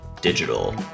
digital